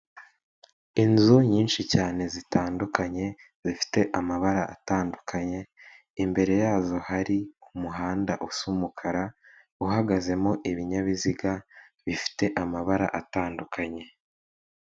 Inzu nyinshi cyane zitandukanye zifite amabara atandukanye, imbere yazo hari umuhanda usa umukara uhagazemo ibinyabiziga bifite amabara atandukanye.